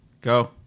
Go